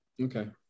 Okay